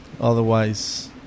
Otherwise